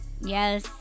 Yes